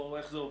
איך זה עובד?